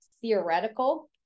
theoretical